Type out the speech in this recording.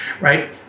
right